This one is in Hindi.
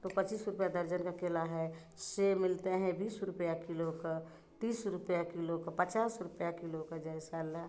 तो पचीस रुपया दर्जन का केला है सेव मिलते हैं बीस रुपया किलो का तीस रुपया किलो का पचास रुपया किलो का जैसा ला